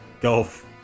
Golf